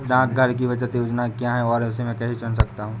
डाकघर की बचत योजनाएँ क्या हैं और मैं इसे कैसे चुन सकता हूँ?